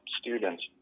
students